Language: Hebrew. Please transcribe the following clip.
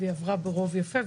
והיא עברה ברוב יפה,